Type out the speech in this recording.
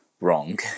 wrong